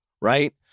right